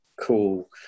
cool